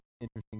interesting